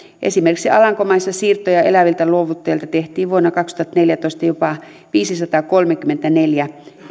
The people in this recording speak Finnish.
esimerkiksi alankomaissa siirtoja eläviltä luovuttajilta tehtiin vuonna kaksituhattaneljätoista jopa viisisataakolmekymmentäneljä